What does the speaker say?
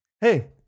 Hey